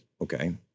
okay